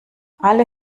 alle